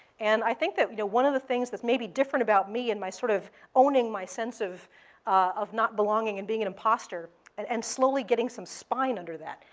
and i think that you know one of the things that's maybe different about me and my sort of owning my sense of of not belonging and being an imposter and and slowly getting some spine under that,